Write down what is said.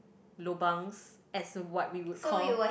lobangs as a what we would call